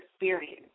experience